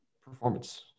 Performance